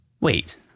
Wait